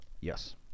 Yes